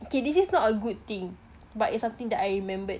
okay this is not a good thing but it's something that I remembered